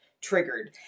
triggered